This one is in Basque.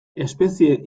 espezie